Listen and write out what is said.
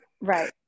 right